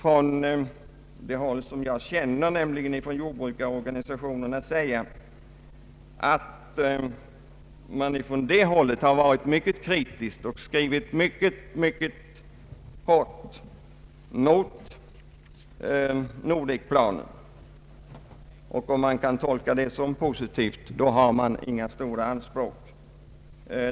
På det håll jag känner till — jordbrukarorganisationerna — har man varit mycket kritisk och skrivit mycket hårt mot Nordekplanen. Kan man tolka det som positivt har man inga stora anspråk.